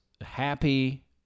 happy